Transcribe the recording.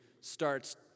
starts